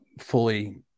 fully